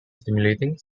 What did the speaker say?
stimulating